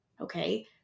okay